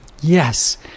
Yes